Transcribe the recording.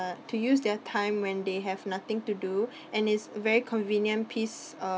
uh to use their time when they have nothing to do and it's very convenient piece of